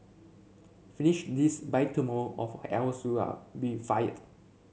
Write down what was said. finish this by tomorrow of else you'll be fired